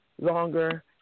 longer